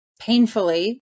painfully